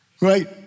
Right